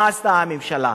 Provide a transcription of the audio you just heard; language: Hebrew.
מה עשתה הממשלה?